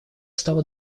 стало